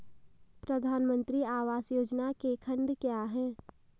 प्रधानमंत्री आवास योजना के खंड क्या हैं?